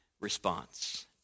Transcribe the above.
response